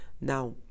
Now